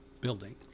building